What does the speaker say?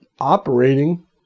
operating